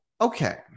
okay